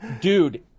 Dude